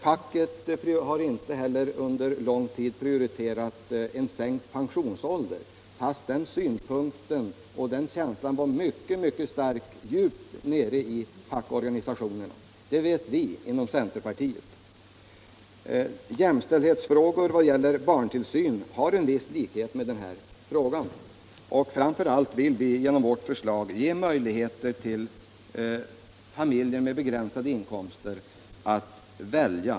Facket prioriterade inte heller under lång tid en sänkt pensionsålder fastän känslan för den reformen var mycket stark djupt nere i de fackliga organisationerna. Det vet vi inom centerpartiet. Jämställdhetsfrågor vad gäller barntillsyn har en viss likhet med den frågan. Framför allt vill vi genom vårt förslag ge möjligheter för barnfamiljer med begränsade inkomster att välja.